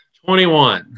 21